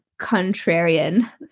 contrarian